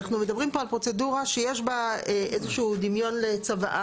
אנחנו מדברים פה על פרוצדורה שיש בה איזה הוא דמיון לצוואה.